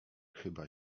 chyba